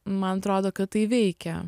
man atrodo kad tai veikia